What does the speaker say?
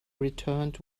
returned